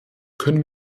können